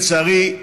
לצערי,